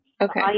Okay